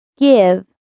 Give